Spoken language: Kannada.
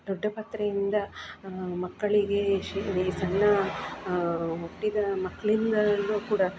ದೊಡ್ಡಪತ್ರೆಯಿಂದ ಮಕ್ಕಳಿಗೆ ಈ ಸಣ್ಣ ಹುಟ್ಟಿದ ಮಕ್ಳಿಂದಲು ಕೂಡ